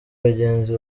abagenzi